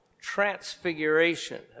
Transfiguration